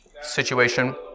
situation